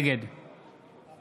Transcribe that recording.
נגד